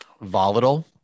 volatile